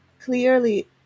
clearly